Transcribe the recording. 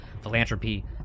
philanthropy